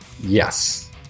yes